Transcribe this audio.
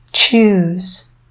choose